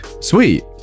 Sweet